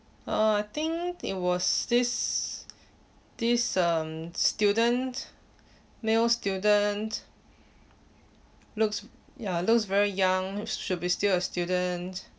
uh I think it was this this um student male student looks ya looks very young should be still a student